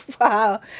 Wow